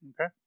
okay